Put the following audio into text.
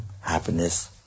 happiness